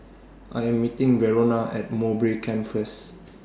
I Am meeting Verona At Mowbray Camp First